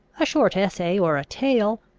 a short essay or a tale,